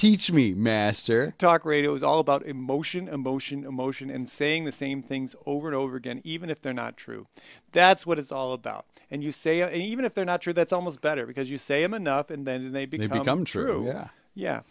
teach me master talk radio is all about emotion emotion emotion and saying the same things over and over again even if they're not true that's what it's all about and you say even if they're not true that's almost better because you say i'm enough and then they become true yeah yeah